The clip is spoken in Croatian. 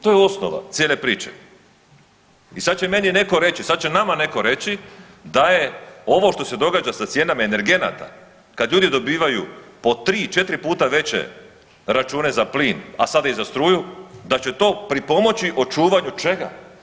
To je osnova cijele priče i sad će meni neko reći, sad će nama neko reći da je ovo što se događa sa cijenama energenata kad ljudi dobivaju po 3-4 puta veće račune za plin, a sada i za struju da će to pripomoći očuvanju čega?